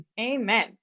Amen